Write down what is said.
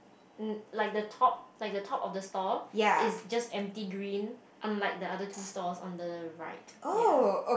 mm like the top like the top of the store is just empty green unlike the other two stores on the right ya